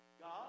God